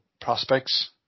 prospects